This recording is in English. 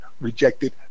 rejected